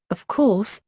of course,